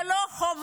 זו לא חובה.